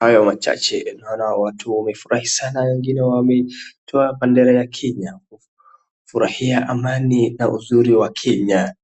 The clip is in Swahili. Hayo machache naona watu wamefurahi sana, wengine wametoa bendera ya Kenya wakifurahia amani na uzuri wa Kenya.